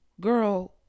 girl